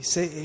Say